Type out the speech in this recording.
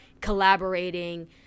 collaborating